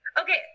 Okay